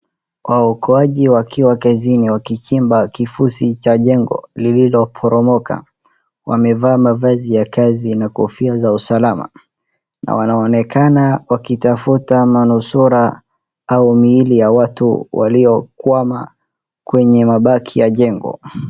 Waokoaji wakiwa kazini wakichimba kifusi cha jengo lililoporomoka wamevaa mavazi ya kazi na kofia za usalama na wanaonekana wakitafuta manusura au miili ya watu waliokwama kwenye mabaki ya jengo.